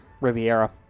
Riviera